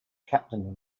captain